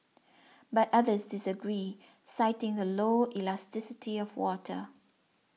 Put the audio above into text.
but others disagree citing the low elasticity of water